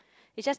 it's just